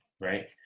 right